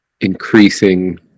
increasing